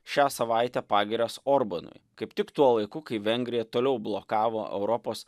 šią savaitę pagirias orbanui kaip tik tuo laiku kai vengrija toliau blokavo europos